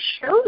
shows